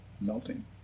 Melting